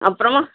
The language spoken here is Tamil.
அப்புறமா